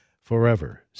forever